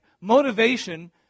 motivation